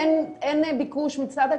אין ביקוש מצד הקהל,